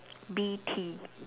B_T